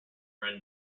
friend